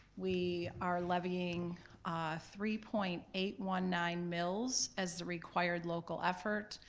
we are levying three point eight one nine mills as the required local effort.